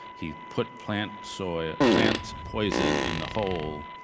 he put plant so plant poison in the hole,